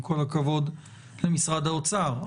עם כל הכבוד למשרד האוצר.